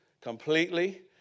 completely